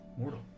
mortal